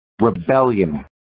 rebellion